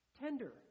tender